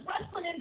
wrestling